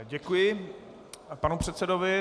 Děkuji panu předsedovi.